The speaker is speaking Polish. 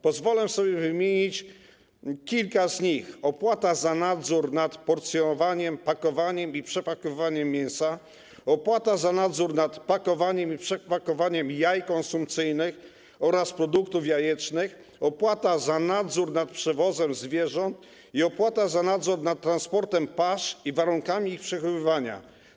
Pozwolę sobie wymienić kilka z nich: opłatę za nadzór nad porcjowaniem, pakowaniem i przepakowywaniem mięsa, opłatę za nadzór nad pakowaniem i przepakowywaniem jaj konsumpcyjnych oraz produktów jajecznych, opłatę za nadzór nad przewozem zwierząt i opłatę za nadzór nad transportem pasz i warunkami ich przechowywania.